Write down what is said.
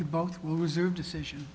you both will reserve decision